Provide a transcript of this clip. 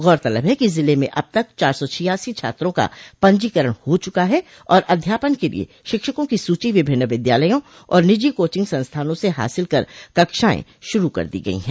गौरतलब है कि जिले में अब तक चार सौ छियासी छात्रों का पंजीकरण हो चुका है और अध्यापन के लिए शिक्षकों की सूची विभिन्न विद्यालयों और निजी कोचिंग संस्थानों से हासिल कर कक्षाएं शुरू कर दी गई हैं